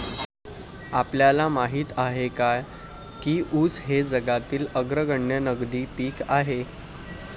आपल्याला माहित आहे काय की ऊस हे जगातील अग्रगण्य नगदी पीक आहे?